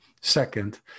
Second